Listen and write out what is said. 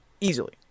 easily